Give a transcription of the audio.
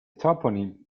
toponym